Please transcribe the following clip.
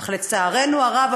אך לצערנו הרב,